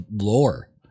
lore